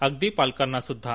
अगदी पालकांना सुद्धा